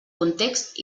context